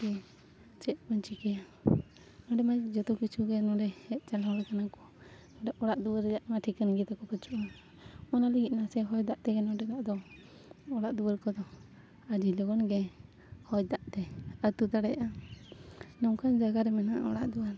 ᱪᱮᱫ ᱠᱚ ᱪᱤᱠᱟᱹᱭᱟ ᱱᱚᱰᱮ ᱢᱟ ᱡᱚᱛᱚ ᱠᱤᱪᱷᱩ ᱜᱮ ᱱᱚᱰᱮ ᱦᱮᱡ ᱪᱟᱞᱟᱣ ᱦᱚᱲ ᱠᱟᱱᱟ ᱠᱚ ᱱᱚᱰᱮ ᱚᱲᱟᱜ ᱫᱩᱣᱟᱹᱨ ᱨᱮᱭᱟᱜ ᱢᱟ ᱴᱷᱤᱠᱟᱹᱱ ᱜᱮ ᱫᱚᱠᱚ ᱠᱷᱚᱡᱚᱜᱼᱟ ᱚᱱᱟ ᱞᱟᱹᱜᱤᱫ ᱱᱟ ᱥᱮ ᱦᱚᱭ ᱫᱟᱜ ᱛᱮᱜᱮ ᱱᱚᱰᱮ ᱫᱚ ᱚᱲᱟᱜ ᱫᱩᱣᱟᱹᱨ ᱠᱚᱫᱚ ᱟᱹᱰᱤ ᱞᱚᱜᱚᱱ ᱜᱮ ᱦᱚᱭ ᱫᱟᱜ ᱛᱮ ᱟᱛᱳ ᱫᱟᱲᱮᱭᱟᱜᱼᱟ ᱱᱚᱝᱠᱟᱱ ᱡᱟᱭᱜᱟ ᱨᱮ ᱢᱮᱱᱟᱜᱼᱟ ᱚᱲᱟᱜ ᱫᱩᱣᱟᱹᱨ